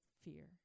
fear